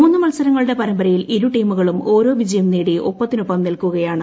മൂന്നു മത്സരങ്ങളുടെ പരമ്പരയിൽ ഇരു ടീമുകളും ഓരോ വിജയം നേടി ഒപ്പത്തിനൊപ്പം നിൽക്കുകയാണ്